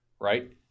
right